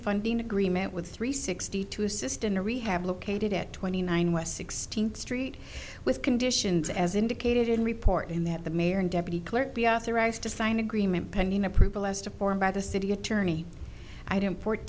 funding agreement with three sixty to assist in the rehab located at twenty nine west sixteenth street with conditions as indicated in report in that the mayor and deputy clerk be authorized to sign an agreement pending approval as to form by the city attorney i don't